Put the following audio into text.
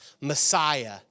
Messiah